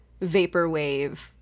vaporwave